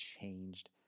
changed